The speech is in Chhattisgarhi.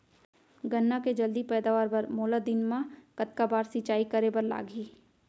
गन्ना के जलदी पैदावार बर, मोला दिन मा कतका बार सिंचाई करे बर लागही?